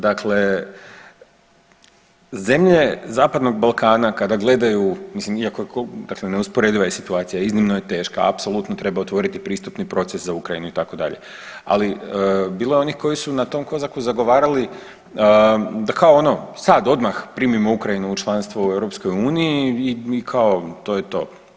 Dakle, zemlje Zapadnog Balkana kada gledaju, mislim dakle neusporediva je situacija, iznimno je teška, apsolutno treba otvoriti pristupni proces za Ukrajinu itd., ali bilo je onih koji su na tom COSAC-u zagovarali da kao ono sad odmah primimo Ukrajinu u članstvo u EU i kao to je to.